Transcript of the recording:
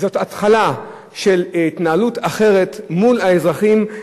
התחלה של התנהלות אחרת מול האזרחים,